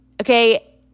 Okay